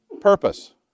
purpose